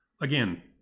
Again